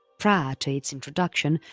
prior to its introduction,